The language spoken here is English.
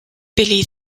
billy